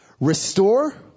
restore